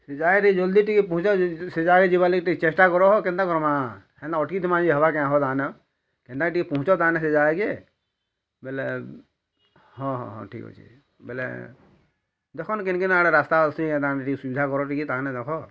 ସେ ଜାଗାରେ ଜଲ୍ଦି ଟିକେ ପହଞ୍ଚାଅ ଯେ ସେ ଜାଗାକେ ଯିବାର୍ ଲାଗି ଟିକେ ଚେଷ୍ଟା କର କେନ୍ତା କର୍ମା ହେନ୍ତା ଅଟ୍କି ଥିମା ହେବା କେଁ କେନ୍ତା ଟିକେ ପହଁଞ୍ଚା ତାମାନେ ସେ ଜାଗାକେ ବୋଲେ ହଁ ହଁ ଠିକ୍ ଅଛି ବୋଲେ ଦେଖନ୍ କିନ୍ କିନ୍ ଆଡ଼େ ରାସ୍ତା ଅସି ଏନ୍ତା ଟିକେ ସୁବିଧା କର ଟିକେ ତାହାନେ ଦେଖ